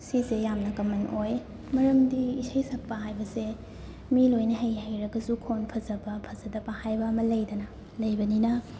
ꯁꯤꯁꯦ ꯌꯥꯝꯅ ꯀꯃꯟ ꯑꯣꯏ ꯃꯔꯝꯗꯤ ꯏꯁꯩ ꯁꯛꯄ ꯍꯥꯏꯕꯁꯦ ꯃꯤ ꯂꯣꯏꯅ ꯍꯩ ꯍꯩꯔꯒꯁꯨ ꯈꯣꯟ ꯐꯖꯕ ꯐꯖꯗꯕ ꯍꯥꯏꯕ ꯑꯃ ꯂꯩꯗꯅ ꯂꯩꯕꯅꯤꯅ